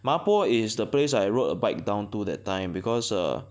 Mapo is the place I rode a bike down to that time because err